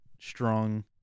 strong